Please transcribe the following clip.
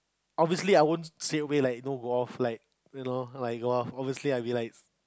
obviously I won't straightaway like know go off like you know like go off obviously I'll be like